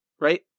right